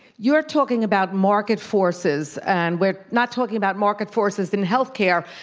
you're talking about market forces, and we're not talking about market forces in healthcare,